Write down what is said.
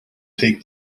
take